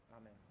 Amen